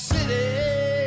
City